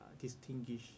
distinguish